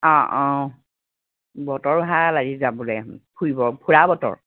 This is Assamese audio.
অঁ অঁ বতৰ ভাল আজি যাবলে ফুৰিব ফুৰা বতৰ